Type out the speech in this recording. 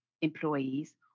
employees